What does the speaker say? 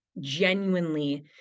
genuinely